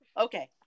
Okay